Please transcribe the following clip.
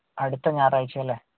അടുത്ത ഞായറാഴ്ച്ച അല്ലേ